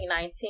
2019